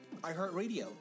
iHeartRadio